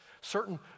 Certain